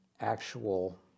actual